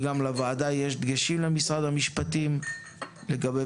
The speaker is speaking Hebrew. וגם לוועדה יש דגשים למשרד המשפטים לגבי